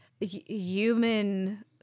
human